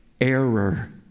error